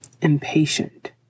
impatient